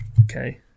Okay